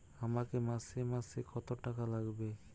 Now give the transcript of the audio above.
আমাকে মাসে মাসে কত টাকা লাগবে?